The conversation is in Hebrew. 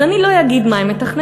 אז אני לא אגיד מה הם מתכננים,